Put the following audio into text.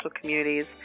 communities